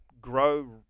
grow